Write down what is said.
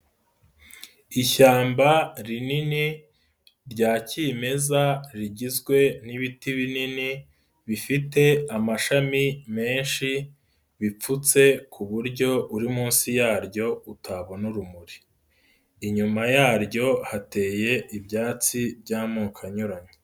lshyamba rinini rya kimeza rigizwe n'ibiti binini bifite amashami menshi, bipfutse ku buryo uri munsi yaryo utabona urumuri. Inyuma yaryo hateye ibyatsi by'amoko anyuranye.